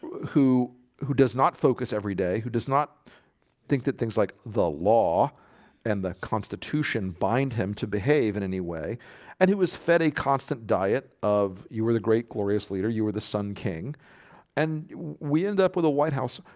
who who does not focus every day who does not think that things like the law and the constitution bind him to behave in any way and he was fed a constant diet of you were the great glorious leader you were the sun king and we end up with a white house.